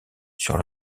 sur